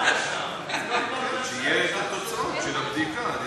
איך אתה הולך למחוזות של רומן?